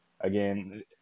again